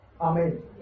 Amen